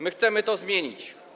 My chcemy to zmienić.